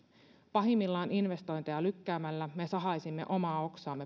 pahimmillaan investointeja lykkäämällä me sahaisimme omaa oksaamme